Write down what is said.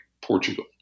Portugal